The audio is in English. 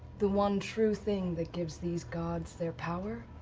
the one true thing that gives these gods their power